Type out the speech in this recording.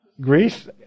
Greece